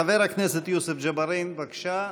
חבר הכנסת יוסף ג'בארין, בבקשה.